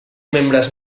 membres